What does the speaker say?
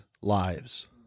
lives